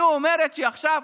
מה,